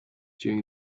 during